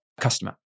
customer